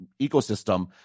ecosystem